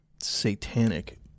satanic